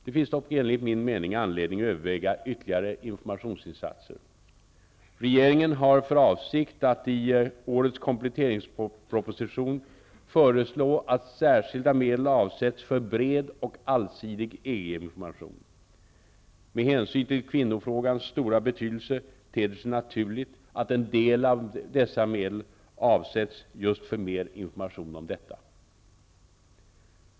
Det finns dock enligt min mening anledning att överväga ytterligare informationsinsatser. Regeringen har för avsikt att i årets kompletteringsproposition föreslå att särskilda medel avsätts för bred och allsidig EG-information. Med hänsyn till kvinnofrågans stora betydelse ter det sig naturligt att en del av dessa medel avsätts just för mer information om detta.